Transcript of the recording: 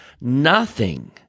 Nothing